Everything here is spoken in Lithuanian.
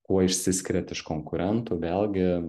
kuo išsiskiriat iš konkurentų vėlgi